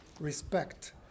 respect